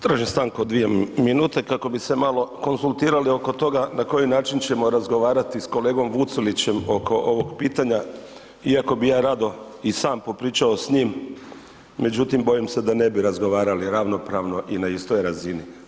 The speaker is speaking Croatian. Tražim stanku od dvije minute kako bi se malo konzultirali oko toga na koji način ćemo razgovarati s kolegom Vucelićem oko ovog pitanja, iako bi ja rado i sam popričao s njim, međutim bojim se da ne bi razgovaralo ravnopravno i na istoj razini.